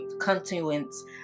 continuance